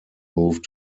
moved